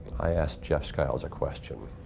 i asked jeff skiles a question.